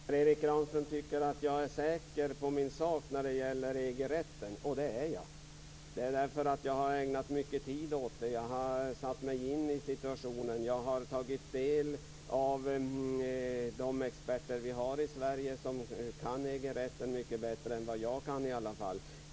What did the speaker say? Fru talman! Per Erik Granström tycker att jag är säker på min sak när det gäller EG-rätten, och det är jag. Jag är det, därför att jag har ägnat mycket tid åt detta. Jag har satt mig in i situationen. Jag har tagit del av utlåtanden från de experter vi har i Sverige som kan EG-rätten mycket bättre än jag i alla fall.